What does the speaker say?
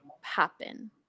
happen